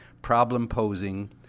problem-posing